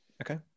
Okay